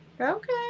Okay